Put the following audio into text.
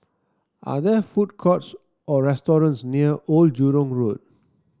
are there food courts or restaurants near Old Jurong Road